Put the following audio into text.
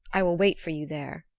i will wait for you there,